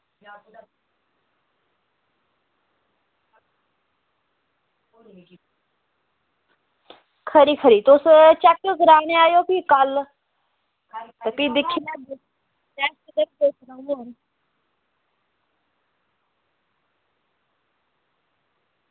खरी खरी भी तुस चैक करानै गी आयो कल्ल ते भी दिक्खी लैगे